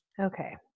okay